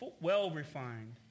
well-refined